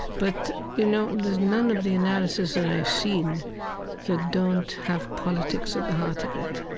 but, you know, there's none of the analyses that i've seen that don't have politics at the heart of it.